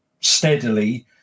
steadily